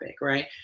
right